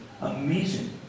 Amazing